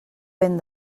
ben